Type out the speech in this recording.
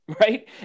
Right